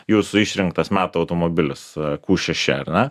jūsų išrinktas metų automobilis q šeši ar ne